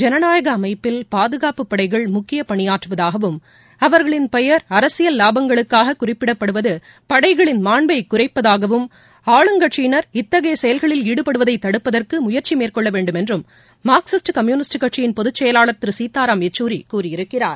ஜனநாயக அமைப்பில் பாதுகாப்புப்படைகள் முக்கிய பணியாற்றுவதாகவும் அவர்களின் பெயர் அரசியல் லாபங்களுக்னக குறிப்பிடப்படுவது படைகளின் மான்பை குறைப்பதாகவும் ஆளுங்கட்சியினர் இத்தகைய செயல்களில் ஈடுபடுவதை தடுப்பதற்கு முயற்சி மேற்கொள்ள வேண்டும் என்றும் மார்க்சிஸ்ட் கம்யூனிஸ்ட் கட்சியின் பொதுச்செயலாளர் திரு சீத்தாராம் யெச்சூரி கூறியிருக்கிறார்